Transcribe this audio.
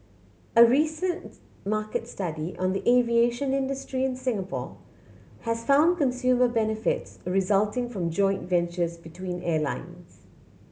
a recent market study on the aviation industry in Singapore has found consumer benefits resulting from joint ventures between airlines